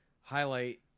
highlight